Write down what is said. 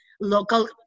local